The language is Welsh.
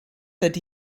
ydy